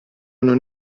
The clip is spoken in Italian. non